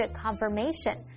confirmation